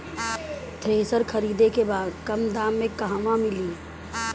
Thresher खरीदे के बा कम दाम में कहवा मिली?